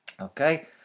Okay